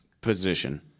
Position